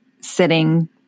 sitting